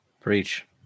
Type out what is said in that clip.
Preach